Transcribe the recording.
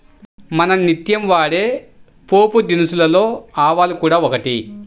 మనం నిత్యం వాడే పోపుదినుసులలో ఆవాలు కూడా ఒకటి